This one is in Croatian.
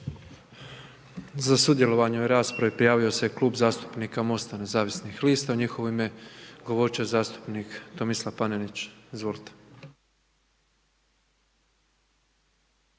Za sudjelovanje u raspravi prijavio se Klub zastupnika MOST-a nezavisnih lista. U njihovo ime govoriti će zastupnik Tomislav Panenić. Izvolite.